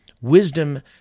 wisdom